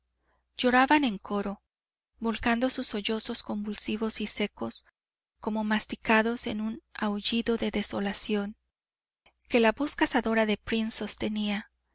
lloraban en coro volcando sus sollozos convulsivos y secos como masticados en un aullido de desolación que la voz cazadora de prince sostenía